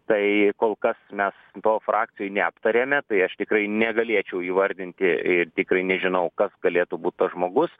tai kol kas mes to frakcijoj neaptarėme tai aš tikrai negalėčiau įvardinti ir tikrai nežinau kas galėtų būt tas žmogus